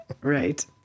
Right